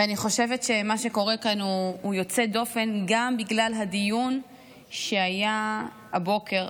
ואני חושבת שמה שקורה כאן הוא יוצא דופן גם בגלל הדיון שהיה הבוקר,